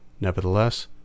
nevertheless